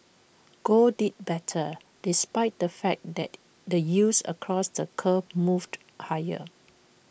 gold did better despite the fact that the yields across the curve moved higher